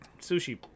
sushi